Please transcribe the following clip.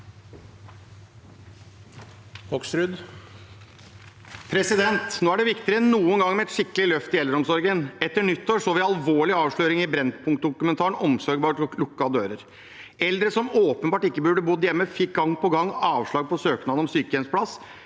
Nå er det viktigere enn noen gang med et skikkelig løft i eldreomsorgen. Etter nyttår så vi alvorlige avsløringer i Brennpunkt-dokumentaren «Omsorg bak lukkede dører». Eldre som åpenbart ikke burde bodd hjemme, fikk gang på gang avslag på søknad om sykehjemsplass.